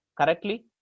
correctly